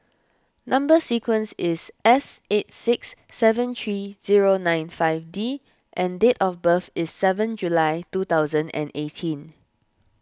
Number Sequence is S eight six seven three zero nine five D and date of birth is seven July two thousand and eighteen